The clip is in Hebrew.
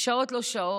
בשעות-לא-שעות,